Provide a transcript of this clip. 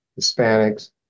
Hispanics